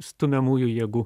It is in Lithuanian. stumiamųjų jėgų